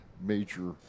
major